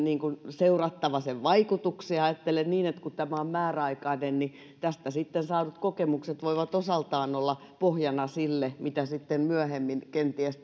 seurattava sen vaikutuksia ajattelen niin että kun tämä on määräaikainen niin tästä saadut kokemukset voivat sitten osaltaan olla pohjana sille mitä myöhemmin kenties